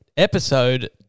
Episode